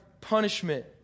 punishment